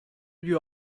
you